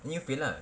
and you fail lah